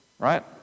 Right